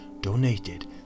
donated